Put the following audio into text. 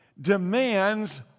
demands